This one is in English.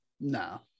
no